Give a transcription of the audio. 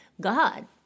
God